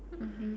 mmhmm